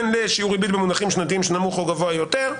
שיעור ריבית במונחים שנתיים שנמוך או גבוה יותר,